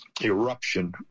eruption